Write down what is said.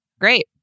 Great